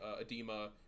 edema